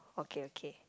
okay okay